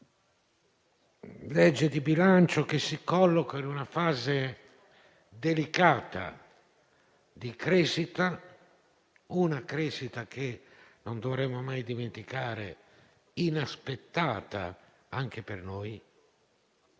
legge di bilancio si colloca in una fase delicata di crescita che - non dovremo mai dimenticare - è inaspettata anche per noi